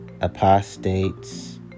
apostates